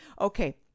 Okay